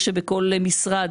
שבכל משרד